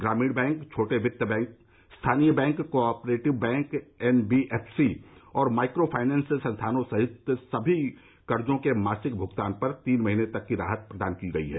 ग्रामीण बैंक छोटे वित्त बैंक स्थानीय bank cooperative bank NBFC micro finance संस्थानों सहित सभी के कर्जो के मासिक भुगतान पर तीन महीने तक की राहत प्रदान की गई है